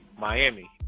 Miami